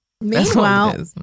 meanwhile